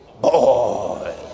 boy